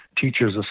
Teachers